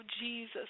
Jesus